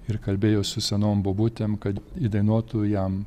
ir kalbėjo su senom bobutėm kad įdainuotų jam